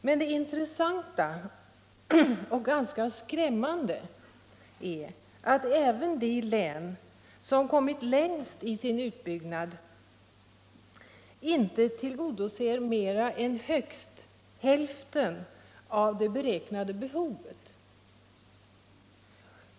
Men det intressanta — och ganska skrämmande -—- är att även de län som kommit längst i sin utbyggnad inte tillgodoser mer än högst hälften av det beräknade behovet.